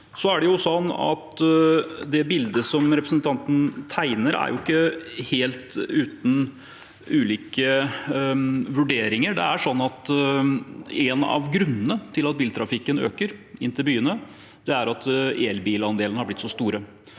det bildet som representanten tegner, ikke er helt uten ulike vurderinger. En av grunnene til at biltrafikken øker inn til byene, er at elbilandelen har blitt så stor.